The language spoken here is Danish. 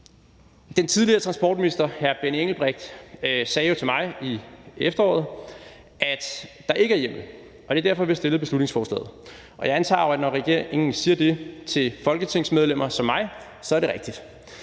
Den tidligere transportminister hr. Benny Engelbrecht sagde jo til mig i efteråret, at der ikke er hjemmel, og det er derfor, vi har fremsat beslutningsforslaget. Jeg antager jo, at når regeringen siger det til et folketingsmedlem som mig, er det rigtigt.